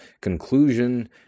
conclusion